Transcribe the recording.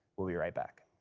we'll be right back.